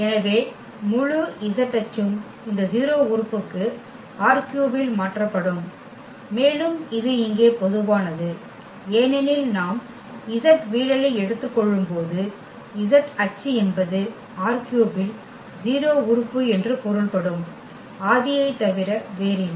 எனவே முழு z அச்சும் இந்த 0 உறுப்புக்கு ℝ3 இல் மாற்றப்படும் மேலும் இது இங்கே பொதுவானது ஏனெனில் நாம் z வீழலை எடுத்துக்கொள்ளும்போது z அச்சு என்பது ℝ3 இல் 0 உறுப்பு என்று பொருள்படும் ஆதியை தவிர வேறில்லை